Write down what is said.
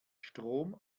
strom